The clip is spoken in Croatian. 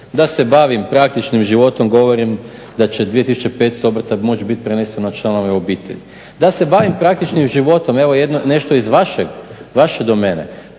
Da se bavim praktičnim životom govorim da će 2500 obrta moći biti preneseno na članove obitelji. Da se bavim praktičnim životom evo nešto iz vaše domene,